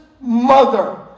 mother